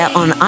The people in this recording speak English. on